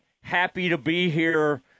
happy-to-be-here